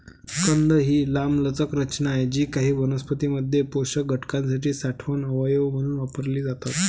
कंद ही लांबलचक रचना आहेत जी काही वनस्पतीं मध्ये पोषक घटकांसाठी साठवण अवयव म्हणून वापरली जातात